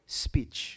speech